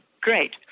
Great